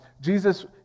Jesus